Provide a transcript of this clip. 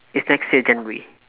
it's next year january